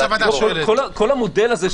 לכן בואו נעבור להצבעה.